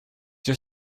your